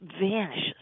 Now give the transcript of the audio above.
vanishes